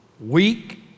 weak